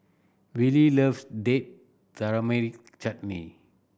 Wylie loves Date Tamarind Chutney